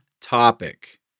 topic